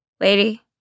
Lady